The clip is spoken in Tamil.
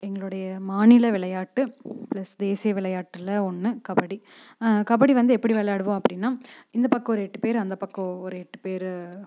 எங்களுடைய மாநில விளையாட்டு பிளஸ் தேசிய விளையாட்டுல ஒன்று கபடி கபடி வந்து எப்படி விளையாடுவோம் அப்படின்னா இந்த பக்கம் ஒரு எட்டு பேர் அந்த பக்கம் ஒரு எட்டு பேர்